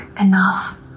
enough